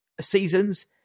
seasons